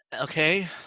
Okay